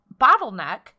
bottleneck